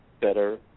better